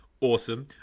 Awesome